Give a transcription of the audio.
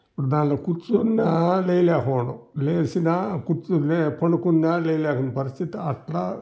దానిలో కూర్చున్నా లేవలేకపోను లేసినా కూర్చోన్నా పడుకున్నా లేవలేక పరిస్థితి అట్లా